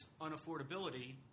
unaffordability